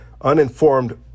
uninformed